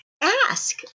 ask